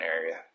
area